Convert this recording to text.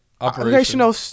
operational